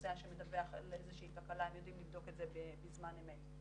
ונוסע שמדווח על איזו שהיא תקלה הם יודעים לבדוק את זה בזמן אמת.